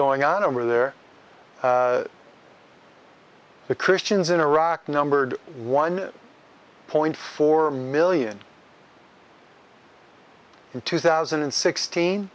going on over there the christians in iraq numbered one point four million in two thousand and sixteen